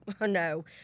no